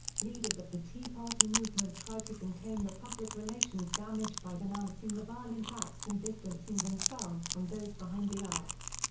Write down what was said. leaders of the tea party movement tried to contain the public relations damage by denouncing the violent acts and distancing themselves from those behind the acts.